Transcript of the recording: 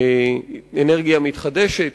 אנרגיה מתחדשת,